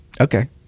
Okay